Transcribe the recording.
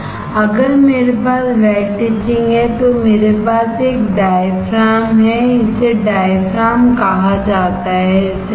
अगर मेरे पास वेट इचिंगहै तो मेरे पास एक डायफ्राम है इसे डायफ़्राम कहा जाता हैसही है